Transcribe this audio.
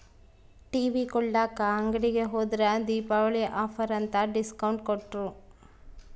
TV ಕೊಳ್ಳಾಕ ಅಂಗಡಿಗೆ ಹೋದ್ರ ದೀಪಾವಳಿ ಆಫರ್ ಅಂತ ಡಿಸ್ಕೌಂಟ್ ಕೊಟ್ರು